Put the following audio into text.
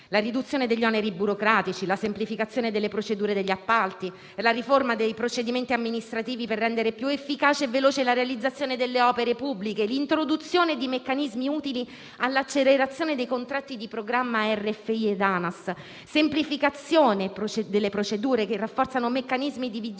La riduzione degli oneri burocratici, la semplificazione delle procedure degli appalti, la riforma dei procedimenti amministrativi per rendere più efficace e veloce la realizzazione delle opere pubbliche, l'introduzione di meccanismi utili all'accelerazione dei contratti di programma RFI e ANAS, la semplificazione delle procedure che rafforzano meccanismi di vigilanza